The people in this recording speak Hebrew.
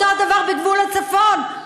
אותו הדבר בגבול הצפון.